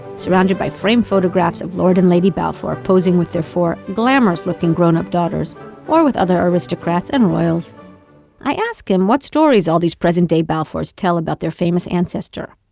surrounded by framed photographs of lord and lady balfour posing with their four glamorous-looking grown up daughters or with other aristocrats and royals i ask him what stories all these present day balfours tell about their famous ancestor,